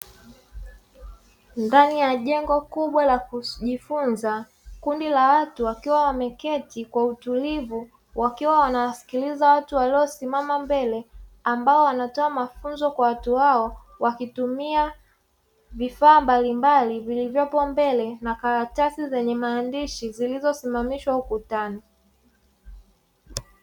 Ndani ya jengo kubwa la kujifunza kundi la watu wakiwa wameketi kwa utulivu, wakiwa wanawasikiliza watu waliosimama mbele, ambao wanatoa mafunzo kwa watu wao; wakitumia vifaa mbalimbali vilivyopo mbele na karatasi zenye maandishi zilizosimamishwa ukutani.